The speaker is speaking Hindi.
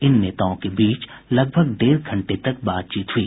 इन नेताओं के बीच लगभग डेढ़ घंटे तक बातचीत हुई